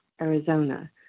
Arizona